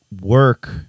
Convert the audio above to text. work